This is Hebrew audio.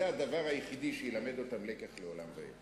זה הדבר היחיד שילמד אותם לקח לעולם ועד.